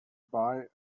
buy